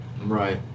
Right